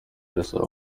irasabwa